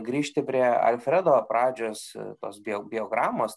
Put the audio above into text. grįžti prie alfredo pradžios tos bio biogramos